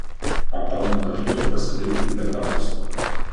ar tau nedašuto pasidaryti bekapus